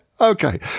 Okay